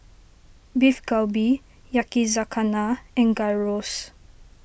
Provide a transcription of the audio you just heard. Beef Galbi Yakizakana and Gyros